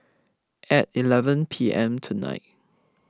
at eleven P M tonight